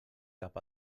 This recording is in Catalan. cap